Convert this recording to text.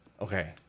okay